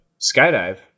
skydive